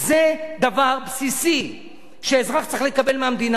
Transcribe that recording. זה דבר בסיסי שאזרח צריך לקבל מהמדינה.